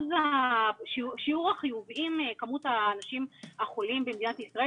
שיעור החיוביים מכמות האנשים החולים במדינת ישראל.